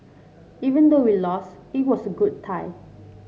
even though we lost it was a good tie